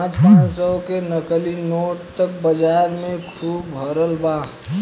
पाँच पाँच सौ के नकली नोट त बाजार में खुब भरल बा